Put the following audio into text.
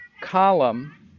column